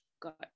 got